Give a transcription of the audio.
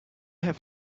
have